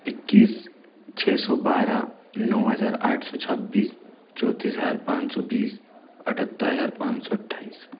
इक्कीस छः सौ बारह नौ हजार आठ सौ छब्बीस चौतीस हजार पाँच सौ बीस अठहत्तर हजार पाँच सौ अठाईस